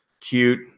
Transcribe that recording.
Cute